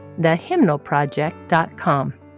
thehymnalproject.com